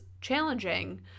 challenging